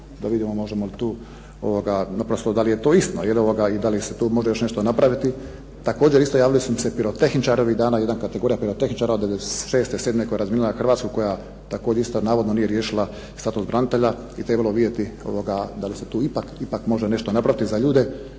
da vidimo možemo li tu, naprosto da li je istina i da li se tu može još nešto napraviti. Također isto javili su mi se pirotehničari ovih dana, jedna kategorija pirotehničara od 96., 97. koja je razminirala Hrvatsku koja također isto navodno nije riješila status branitelja i trebalo bi vidjeti da li se tu ipak može nešto napraviti za ljude